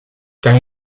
kan